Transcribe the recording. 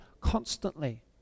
constantly